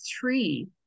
three